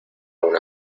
una